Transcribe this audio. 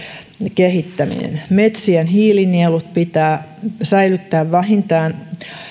kehittäminen metsien hiilinielut pitää säilyttää vähintään